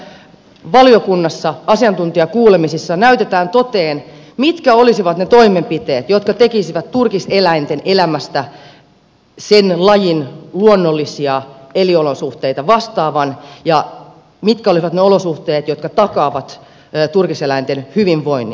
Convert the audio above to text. minä toivon että valiokunnassa asiantuntijakuulemisissa näytetään toteen mitkä olisivat ne toimenpiteet jotka tekisivät turkiseläinten elämästä lajin luonnollisia elinolosuhteita vastaavan ja mitkä olisivat ne olosuhteet jotka takaavat turkiseläinten hyvinvoinnin